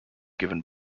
given